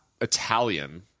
Italian